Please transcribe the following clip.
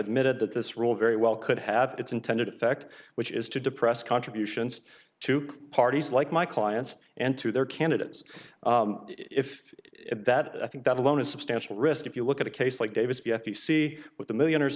admitted that this rule very well could have its intended effect which is to depress contributions to parties like my clients and through their candidates if that i think that alone is substantial risk if you look at a case like davis p f you see with the millionaires